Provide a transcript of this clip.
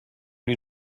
die